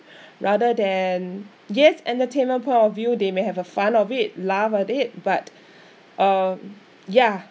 rather than yes entertainment point of view they may have a fun of it laugh at it but uh ya